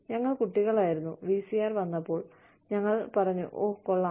ഞങ്ങൾ കുട്ടികളായിരുന്നു വിസിആർ വന്നപ്പോൾ ഞങ്ങൾ പറഞ്ഞു ഓ കൊള്ളാം